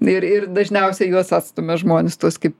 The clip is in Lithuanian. ir ir dažniausiai juos atstumia žmonės tuos